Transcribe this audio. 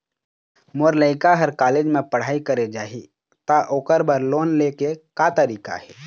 मोर लइका हर कॉलेज म पढ़ई करे जाही, त ओकर बर लोन ले के का तरीका हे?